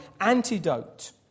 antidote